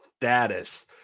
status